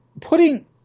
putting